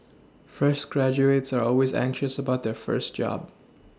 fresh graduates are always anxious about their first job